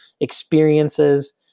experiences